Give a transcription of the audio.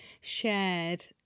shared